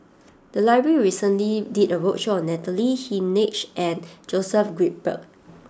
the library recently did a roadshow on Natalie Hennedige and Joseph Grimberg